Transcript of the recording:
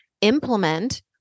implement